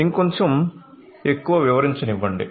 ఇంకొంచం ఎక్కువ వివరించనివ్వండి